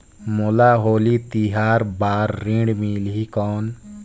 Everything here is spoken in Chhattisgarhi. मोला होली तिहार बार ऋण मिलही कौन?